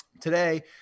Today